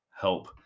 help